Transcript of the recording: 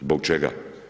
Zbog čega?